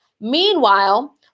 Meanwhile